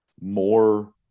more